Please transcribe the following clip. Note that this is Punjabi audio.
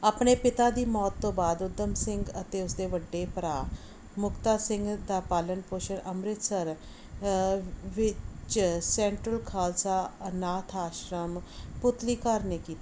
ਆਪਣੇ ਪਿਤਾ ਦੀ ਮੌਤ ਤੋਂ ਬਾਅਦ ਊਧਮ ਸਿੰਘ ਅਤੇ ਉਸਦੇ ਵੱਡੇ ਭਰਾ ਮੁਕਤਾ ਸਿੰਘ ਦਾ ਪਾਲਣ ਪੋਸ਼ਣ ਅੰਮ੍ਰਿਤਸਰ ਵਿੱਚ ਸੈਂਟਰਲ ਖਾਲਸਾ ਅਨਾਥ ਆਸ਼ਰਮ ਪੁਤਲੀਘਰ ਨੇ ਕੀਤਾ